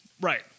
right